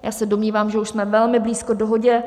Já se domnívám, že už jsme velmi blízko dohodě.